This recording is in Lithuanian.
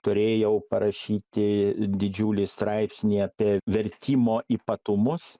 turėjau parašyti didžiulį straipsnį apie vertimo ypatumus